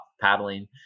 paddling